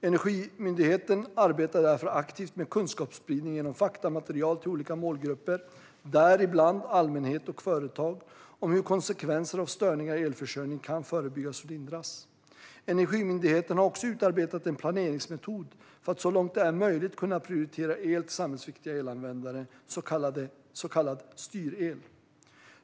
Energimyndigheten arbetar aktivt med kunskapsspridning genom faktamaterial till olika målgrupper, däribland allmänhet och företag, om hur konsekvenser av störningar i elförsörjning kan förebyggas och lindras. Energimyndigheten har också utarbetat en planeringsmetod för att så långt det är möjligt kunna prioritera el till samhällsviktiga elanvändare, så kallad styrel.